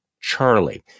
charlie